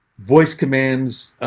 voice commands.